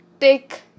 take